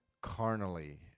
carnally